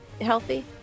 healthy